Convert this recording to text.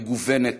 מגוונת,